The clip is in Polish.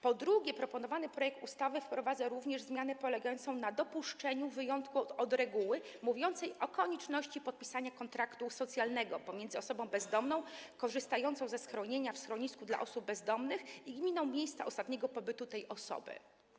Po drugie, proponowany projekt ustawy wprowadza zmianę polegającą na dopuszczeniu wyjątku od reguły, mówiącą o konieczności podpisania kontraktu socjalnego pomiędzy osobą bezdomną korzystającą ze schronienia w schronisku dla osób bezdomnych i gminą miejsca ostatniego pobytu tej osoby.